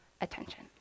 attention